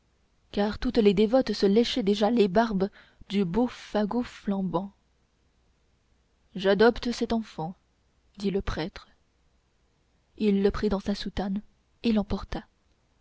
car toutes les dévotes se léchaient déjà les barbes du beau fagot flambant j'adopte cet enfant dit le prêtre il le prit dans sa soutane et l'emporta